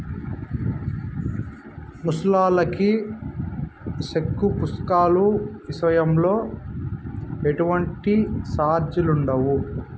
ముసలాల్లకి సెక్కు పుస్తకాల ఇసయంలో ఎటువంటి సార్జిలుండవు